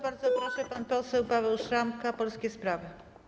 Bardzo proszę, pan poseł Paweł Szramka, Polskie Sprawy.